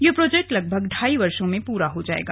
ये प्रोजेक्ट लगभग ढाई वर्षों में पूरा हो जाएगा